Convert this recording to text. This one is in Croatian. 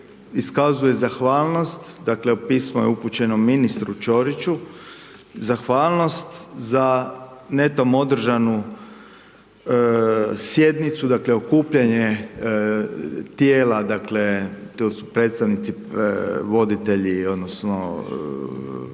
iskazuje zahvalnost, dakle pismo je upućeno ministru Čoriću, zahvalnost za netom održanu sjednicu, dakle, okupljanje tijela, dakle to su predstavnici, voditelji odnosno